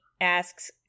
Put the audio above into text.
asks